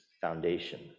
foundation